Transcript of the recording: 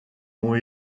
ont